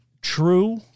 true